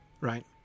Right